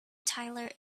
tyler